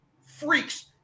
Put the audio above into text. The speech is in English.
freaks